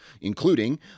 including